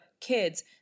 kids